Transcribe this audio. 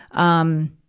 um,